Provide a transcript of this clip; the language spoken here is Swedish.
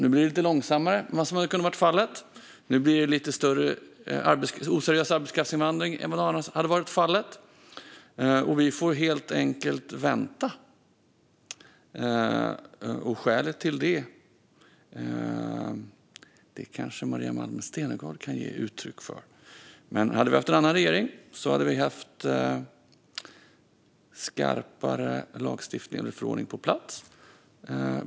Nu blir det lite långsammare än vad som kunde ha varit fallet. Nu blir det lite större oseriös arbetskraftsinvandring än vad som annars hade varit fallet. Vi får helt enkelt vänta. Skälet till det kanske Maria Malmer Stenergard kan ge uttryck för. Om vi haft en annan regering hade vi haft skarpare lagstiftning eller förordning på plats.